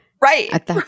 Right